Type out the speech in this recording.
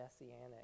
messianic